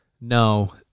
no